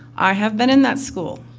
i've been in that school